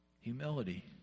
Humility